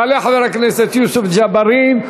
יעלה חבר הכנסת יוסף ג'בארין,